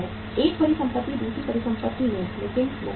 एक परिसंपत्ति दूसरी परिसंपत्ति में लेकिन नकदी में नहीं